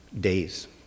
days